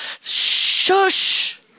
shush